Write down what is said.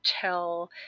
tell